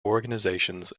organizations